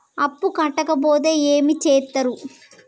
అప్పు కట్టకపోతే ఏమి చేత్తరు?